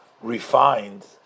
refined